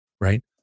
right